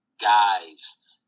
guys